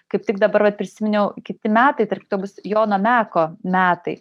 kaip tik dabar vat prisiminiau kiti metai tarp kitko bus jono meko metai